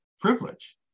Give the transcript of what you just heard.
privilege